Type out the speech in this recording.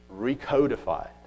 recodified